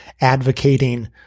advocating